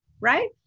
right